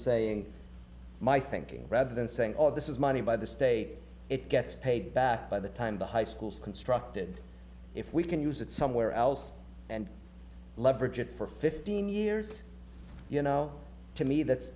saying my thinking rather than saying oh this is money by the state it gets paid back by the time the high school's constructed if we can use it somewhere else and leverage it for fifteen years you know to me that's